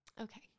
Okay